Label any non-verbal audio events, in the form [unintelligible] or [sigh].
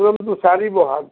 [unintelligible] চাৰি বহাগ